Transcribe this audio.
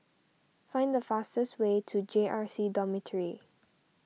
find the fastest way to J R C Dormitory